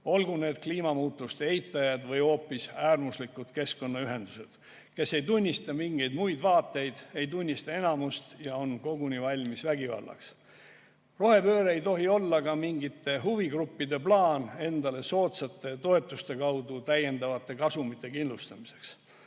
olgu need kliimamuutuste eitajad või hoopis äärmuslikud keskkonnaühendused, kes ei tunnista mingeid muid vaateid, ei tunnista enamust ja on koguni valmis vägivallaks. Rohepööre ei tohi olla ka mingite huvigruppide plaan endale soodsate toetuste kaudu täiendavat kasumit kindlustada.